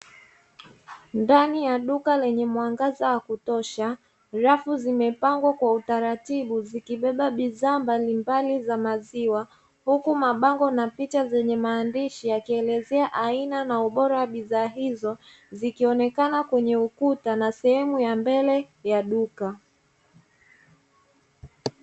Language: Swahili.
Ndani ya duka lenye mwangaza wa kutosha rafu zimepangwa kwa utaratibu zikibeba bidhaa mbalimbali za maziwa, huku mabango na picha zenye maandishi yakielezea aina na ubora wa bidhaa hizo zikionekana kwenye ukuta na sehemu ya mbele ya duka.